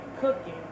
cooking